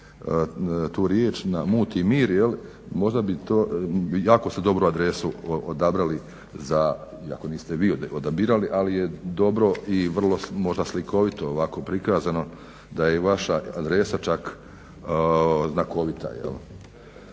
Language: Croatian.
tu riječ na muti mir možda bi to, jako ste dobru adresu odabrali za iako niste vi odabirali ali je dobro i vrlo možda slikovito ovako prikazano da je vaša adresa čak znakovita.